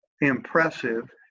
impressive